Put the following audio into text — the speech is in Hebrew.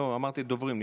אמרתי דוברים.